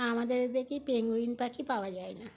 আমাদের কি পেঙ্গুইন পাখি পাওয়া যায় না